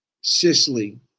Sicily